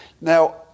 Now